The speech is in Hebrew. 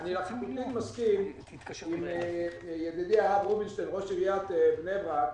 אני לחלוטין מסכים עם ראש עיריית בני-ברק